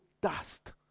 dust